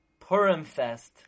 Purimfest